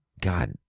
God